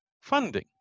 funding